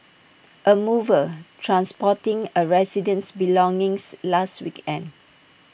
A mover transporting A resident's belongings last weekend